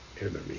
enemy